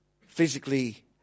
Physically